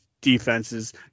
defenses